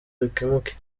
bikemuke